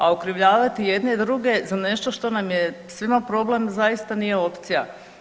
A okrivljavati jedne druge za nešto što nam je svima problem zaista nije opcija.